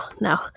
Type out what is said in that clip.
No